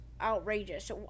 outrageous